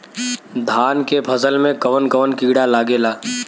धान के फसल मे कवन कवन कीड़ा लागेला?